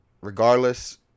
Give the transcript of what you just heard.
regardless